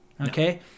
okay